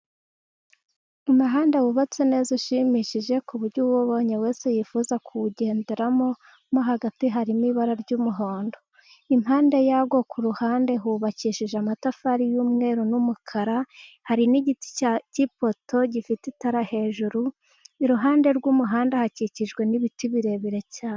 Umuhanda wubatse neza ushimishije, ku buryo uwubonye wese yifuza kuwugenderamo, mo hagati harimo ibara ry'umuhondo, impande yawo ku ruhande hubakishije amatafari y'umweru n'umukara, hari n'igiti k'ipoto gifite itara hejuru, iruhande rw'umuhanda hakikijwe n'ibiti birebire cyane.